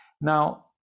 Now